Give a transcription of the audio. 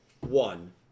one